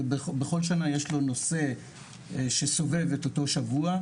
ובכל שנה יש לו נושא שסובב את אותו שבוע.